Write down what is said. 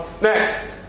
Next